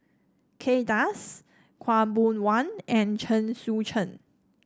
Kay Das Khaw Boon Wan and Chen Sucheng